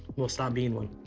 well stop being one.